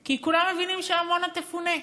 כי כולם מבינים שעמונה תפונה.